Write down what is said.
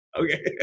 Okay